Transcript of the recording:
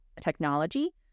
technology